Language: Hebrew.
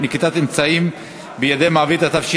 נקיטת אמצעים בידי מעביד),